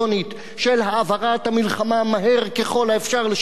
העברת המלחמה מהר ככל האפשר לשטח האויב,